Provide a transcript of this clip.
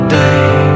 day